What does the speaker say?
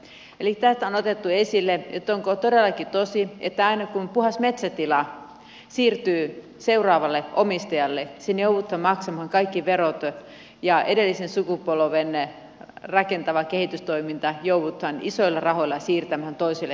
eli on otettu esille että onko todellakin tosi että aina kun puhdas metsätila siirtyy seuraavalle omistajalle siinä joudutaan maksamaan kaikki verot ja edellisen sukupolven rakentava kehitystoiminta joudutaan isoilla rahoilla siirtämään toiselle henkilölle